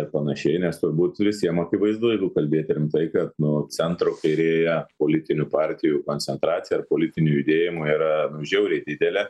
ir panašiai nes turbūt visiem akivaizdu jeigu kalbėt rimtai kad nu centro kairėje politinių partijų koncentracija ar politinių judėjimų yra žiauriai didelė